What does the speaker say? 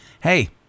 Hey